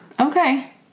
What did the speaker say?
Okay